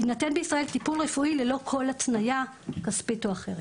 יינתן בישראל טיפול רפואי ללא כל התניה כספית או אחרת,